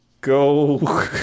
go